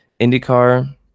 IndyCar